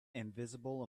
invisible